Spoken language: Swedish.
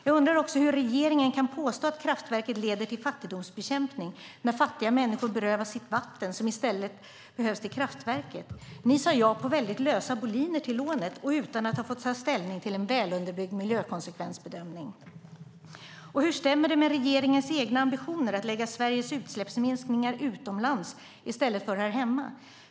Jag undrar också hur regeringen kan påstå att kraftverket leder till fattigdomsbekämpning när fattiga människor berövas sitt vatten, som i stället behövs till kraftverket. Ni sade ja till lånet på väldigt lösa boliner utan att ha fått ta ställning till en välunderbyggd miljökonsekvensbedömning. Hur stämmer det med regeringens egna ambitioner att lägga Sveriges utsläppsminskningar utomlands i stället för här hemma?